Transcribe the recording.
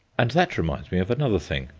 and that reminds me of another thing.